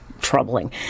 troubling